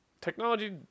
Technology